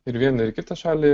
ir vieną ir kitą šalį